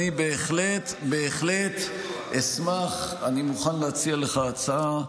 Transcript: אני בהחלט אשמח, אני מוכן להציע לך הצעה: